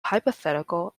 hypothetical